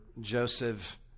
Joseph